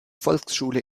volksschule